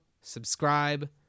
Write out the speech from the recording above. subscribe